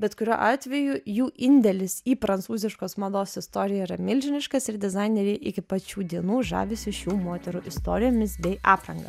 bet kuriuo atveju jų indėlis į prancūziškos mados istoriją yra milžiniškas ir dizaineriai iki pat šių dienų žavisi šių moterų istorijomis bei apranga